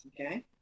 okay